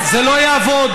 להבין.